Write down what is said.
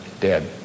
dead